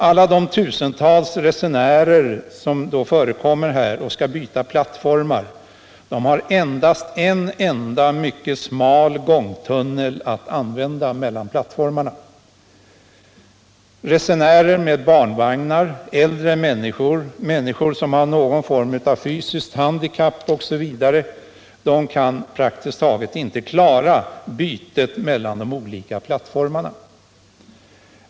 Alla de tusentals resenärer som där skall byta plattform har endast en mycket smal gångtunnel som enda förbindelse mellan plattformarna. Resenärer med barnvagnar, äldre människor, människor med någon form av fysiskt handikapp osv. kan praktiskt taget inte klara byten mellan de olika plattformarna.